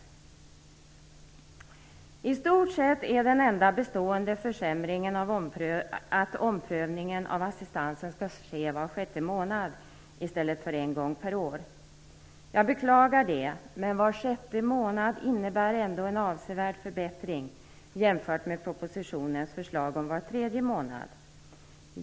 I stort sett är den enda bestående försämringen att omprövningen av assistansen skall ske var sjätte månad i stället för en gång per år. Det beklagar jag. Men var sjätte månad innebär ändå en avsevärd förbättring jämfört med propositionens förslag om var tredje månad.